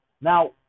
Now